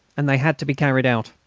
and they had to be carried out.